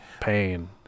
pain